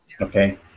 Okay